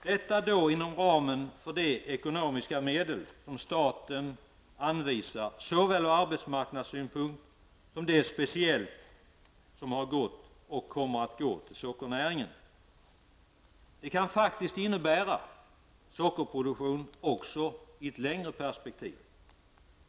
Detta bör kunna ske inom ramen för de ekonomiska medel som staten av arbetsmarknadsskäl anvisar och den speciella del som har gått och kommer att gå till sockernäringen. Det kan faktiskt innebära sockerproduktion även i ett längre perspektiv.